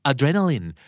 Adrenaline